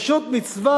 פשוט מצווה,